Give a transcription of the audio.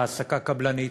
בהעסקה קבלנית,